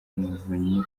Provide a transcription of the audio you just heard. umuvunyi